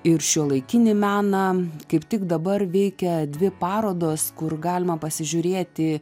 ir šiuolaikinį meną kaip tik dabar veikia dvi parodos kur galima pasižiūrėti